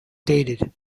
dated